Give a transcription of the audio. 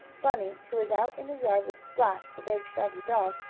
bunny, who was out in the yard with splash, the big shaggy dog,